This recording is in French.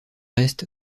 est